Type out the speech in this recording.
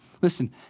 Listen